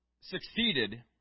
succeeded